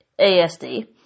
ASD